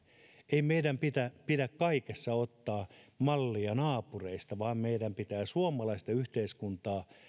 ei meidän pidä kaikessa ottaa mallia naapureista vaan meidän pitää suomalaista yhteiskuntaa